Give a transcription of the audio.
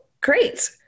great